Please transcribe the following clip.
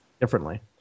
differently